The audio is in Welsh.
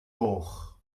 goch